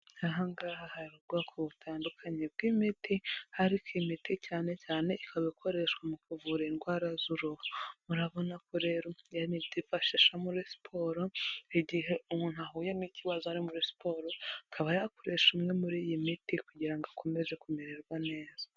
Aha ngaha hari ubwoko butandukanye bw'imiti ariko imiti cyane cyane ikaba ikoreshwa mu kuvura indwara z'uruhu. Murabona ko rero ari imiti yifashishwa muri siporo ,igihe umuntu ahuye n'ikibazo muri siporo ,akaba yakoresha umwe muri iyi miti kugira ngo akomeze kumererwa neza.